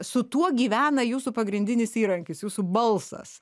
su tuo gyvena jūsų pagrindinis įrankis jūsų balsas